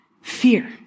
fear